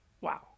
Wow